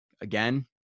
Again